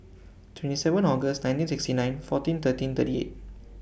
twenty seven August nineteen sixty nine fourteen thirteen thirty eight